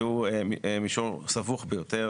והוא מישור סבוך ביותר